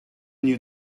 new